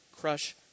crush